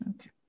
Okay